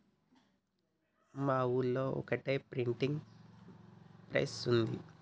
మా ఊళ్లో ఒక్కటే ప్రింటింగ్ ప్రెస్ ఉన్నది